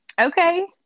okay